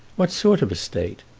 what sort of a state?